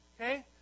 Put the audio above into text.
Okay